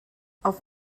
auf